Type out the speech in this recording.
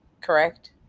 Correct